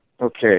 Okay